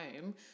home